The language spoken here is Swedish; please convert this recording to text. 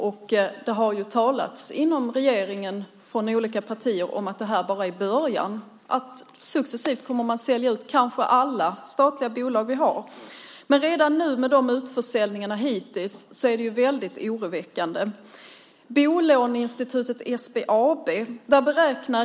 Och det har talats inom regeringen från olika partier om att detta bara är början. Successivt kommer man kanske att sälja ut alla statliga bolag som vi har. Men det är oroväckande redan i och med dessa utförsäljningar.